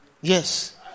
yes